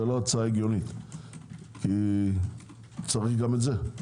זו לא הצעה הגיונית כי צריך גם את זה.